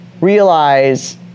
realize